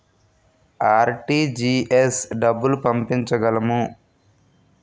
RTGS డబ్బులు పంపించగలము?